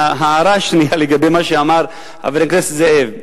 ההערה השנייה, לגבי מה שאמר חבר הכנסת זאב.